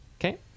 Okay